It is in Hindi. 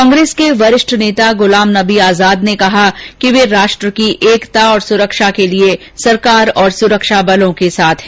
कांग्रेस के वरिष्ठ नेता गुलाम नबी आजाद ने कहा कि वे राष्ट्र की एकता और सुरक्षा के लिए सरकार और सुरक्षा बलों के साथ हैं